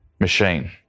machine